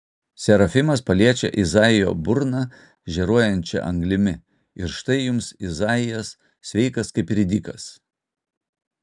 serafimas paliečia izaijo burną žėruojančia anglimi ir štai jums izaijas sveikas kaip ridikas